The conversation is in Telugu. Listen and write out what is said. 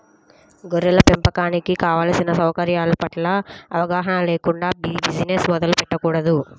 గొర్రెల పెంపకానికి కావలసిన సౌకర్యాల పట్ల అవగాహన లేకుండా ఈ బిజినెస్ మొదలు పెట్టకూడదు